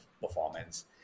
performance